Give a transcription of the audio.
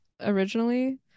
originally